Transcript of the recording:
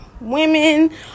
women